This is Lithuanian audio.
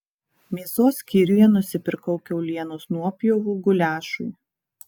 mėsos skyriuje nusipirkau kiaulienos nuopjovų guliašui